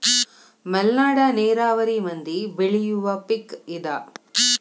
ಮಲ್ನಾಡ ನೇರಾವರಿ ಮಂದಿ ಬೆಳಿಯುವ ಪಿಕ್ ಇದ